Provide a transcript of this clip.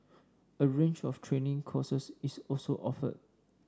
a range of training courses is also offered